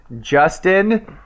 Justin